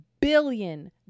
billion